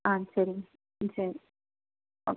சரிங்க ம் சரி ஓகே